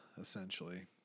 essentially